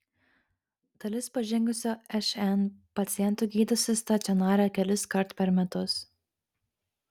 dalis pažengusio šn pacientų gydosi stacionare keliskart per metus